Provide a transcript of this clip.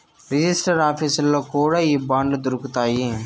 register ఆఫీసుల్లో కూడా ఈ బాండ్లు దొరుకుతాయి